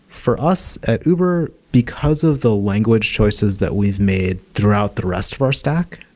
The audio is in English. for us, at uber, because of the language choices that we've made throughout the rest of our stack,